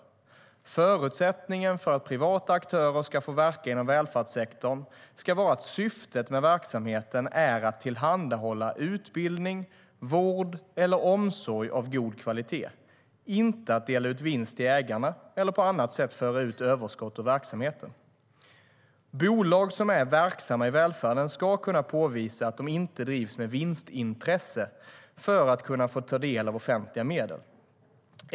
Förutsättningen för att privata aktörer ska få verka inom välfärdssektorn ska vara att syftet med verksamheten är att tillhandahålla utbildning, vård eller omsorg av god kvalitet, inte att dela ut vinst till ägarna eller på annat sätt föra ut överskott ur verksamheten. Bolag som är verksamma i välfärden ska kunna påvisa att de inte drivs med vinstintresse för att få ta del av offentliga medel.